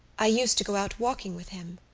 i used to go out walking with him,